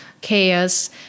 chaos